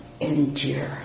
endure